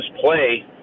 play